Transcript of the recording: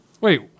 Wait